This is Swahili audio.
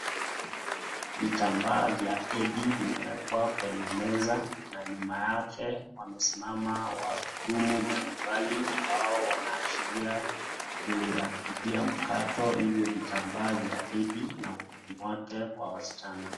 Vitambaa vya hedhi vimewekwa kwenye meza, na nyuma yake wamesimama wahudumu mbalimbali ambao wanaashiria, kuhakikia mkato hio vitambaa vya hedhi na huduma wote kwa wasichana.